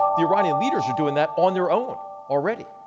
the iranian leaders are doing that on their own already.